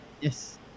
Yes